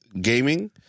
Gaming